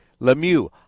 Lemieux